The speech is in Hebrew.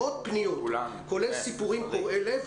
כולל סיפורים קורעי לב.